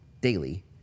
daily